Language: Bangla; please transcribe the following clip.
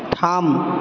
থাম